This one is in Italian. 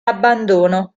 abbandono